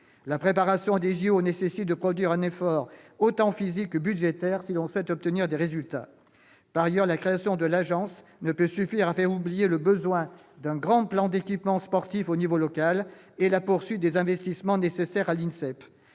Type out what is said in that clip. La préparation des jeux Olympiques nécessite de produire un effort aussi physique que budgétaire, si l'on souhaite obtenir des résultats. Par ailleurs, la création de l'agence nationale du sport ne peut suffire à faire oublier le besoin d'un grand plan d'équipements sportifs à l'échelon local et la poursuite des investissements nécessaires à l'INSEP.